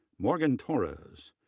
morgan torres